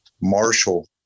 Marshall